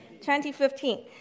2015